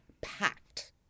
packed